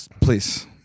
please